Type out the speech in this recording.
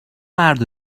مرد